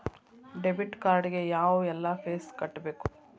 debit card ಗೆ ಯಾವ್ಎಲ್ಲಾ fees ಕಟ್ಬೇಕು